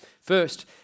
First